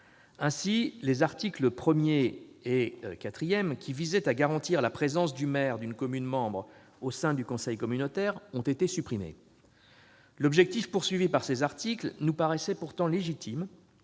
Ainsi, les articles 1 et 4, qui visaient à garantir la présence du maire d'une commune membre au sein du conseil communautaire, ont été supprimés. L'objet de ces articles nous paraissait pourtant légitime,